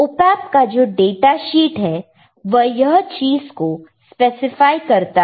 op amp का जो datasheet है वह यह चीज को स्पेसिफाई करता है